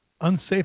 Unsafe